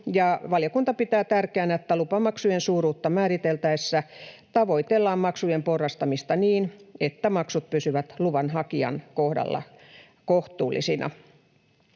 valiokunta pitää tärkeänä, että lupamaksujen suuruutta määriteltäessä tavoitellaan maksujen porrastamista niin, että maksut pysyvät luvanhakijan kohdalla kohtuullisina.